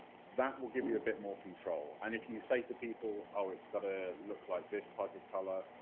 that will give you a bit more control, and if you say to people, ah it's got to look like this type of colour,